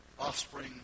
offspring